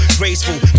graceful